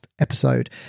episode